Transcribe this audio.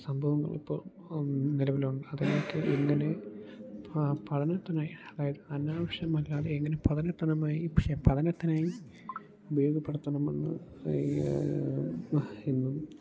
സംഭവങ്ങൾ ഇപ്പോൾ നിലവിലുണ്ട് അതായത് എങ്ങനെ പഠനത്തിനായി അതായത് അനാവശ്യമല്ലാതെ എങ്ങനെ ശേ പഠനത്തിനായി ഉപയോഗപ്പെടുത്തണമെന്ന് എന്നും